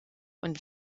und